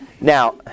now